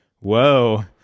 Whoa